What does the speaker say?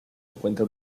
encuentra